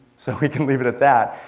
so, we can leave it at that.